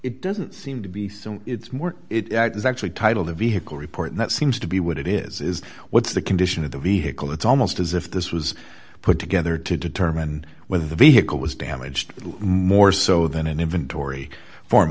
it doesn't seem to be so it's more it is actually titled the vehicle report that seems to be what it is is what's the condition of the vehicle it's almost as if this was put together to determine whether the vehicle was damaged more so than in inventory form